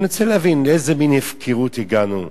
אני רוצה להבין לאיזה מין הפקרות הגענו,